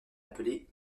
appelé